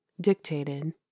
Dictated